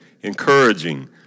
encouraging